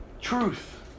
truth